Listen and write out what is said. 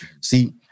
See